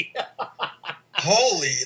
Holy